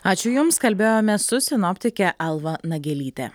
ačiū jums kalbėjomės su sinoptikė alva nagelyte